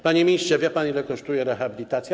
Panie ministrze, wie pan, ile kosztuje rehabilitacja?